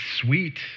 sweet